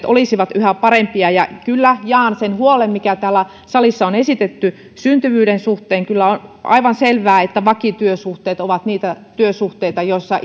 olisivat yhä parempia kyllä jaan sen huolen mikä täällä salissa on esitetty syntyvyyden suhteen on kyllä aivan selvää että vakityösuhteet ovat niitä työsuhteita joissa